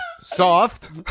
Soft